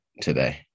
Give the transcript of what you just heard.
today